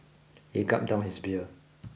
he gulped down his beer